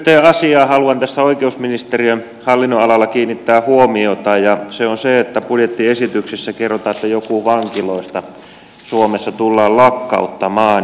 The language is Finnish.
yhteen asiaan haluan tässä oikeusministeriön hallinnonalalla kiinnittää huomiota ja se on se että budjettiesityksessä kerrotaan että joku vankiloista suomessa tullaan lakkauttamaan